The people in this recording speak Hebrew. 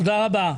תודה רבה.